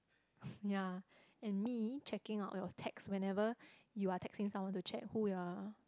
ya and me checking out on your text whenever you are texting someone to chat who ya